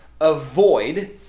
avoid